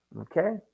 okay